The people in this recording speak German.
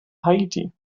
haiti